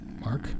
Mark